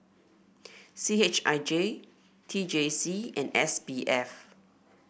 C H I J T J C and S B F